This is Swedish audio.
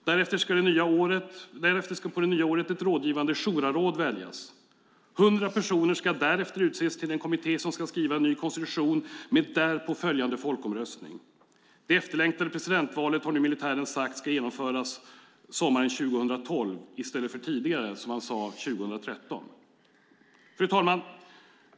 Därefter ska på det nya året ett rådgivande Shuraråd väljas. 100 personer ska därefter utses till den kommitté som ska skriva en ny konstitution med därpå följande folkomröstning. Militären har nu sagt att det efterlängtade presidentvalet ska genomföras sommaren 2012 i stället för 2013, som man tidigare sade. Fru talman!